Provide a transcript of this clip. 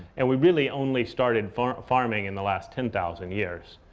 and we really only started farming farming in the last ten thousand years.